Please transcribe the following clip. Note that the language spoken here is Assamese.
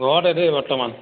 ঘৰতে দেই বৰ্তমান